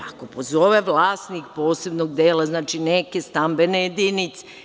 Ako pozove vlasnik posebnog dela, neke stambene jedinice.